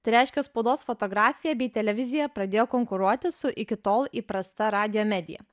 tai reiškia spaudos fotografija bei televizija pradėjo konkuruoti su iki tol įprasta radijo medija